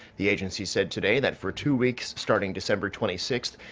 the agency said today that for two weeks starting december twenty sixth,